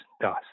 thus